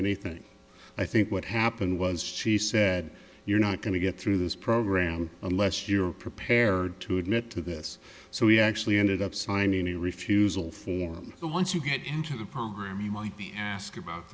anything i think what happened was she said you're not going to get through this program unless you're prepared to admit to this so we actually ended up signing a refusal form and once you get into the palmer might be asked about